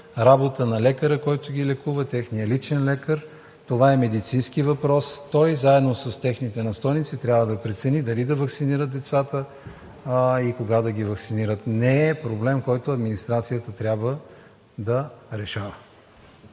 Работа е на лекаря, който ги лекува, техния личен лекар. Това е медицински въпрос. Той, заедно с техните настойници, трябва да прецени дали да ваксинира децата и кога да ги ваксинира. Не е проблем, който администрацията трябва да решава.